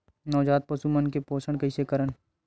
नवजात पशु मन के पोषण कइसे करन?